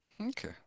Okay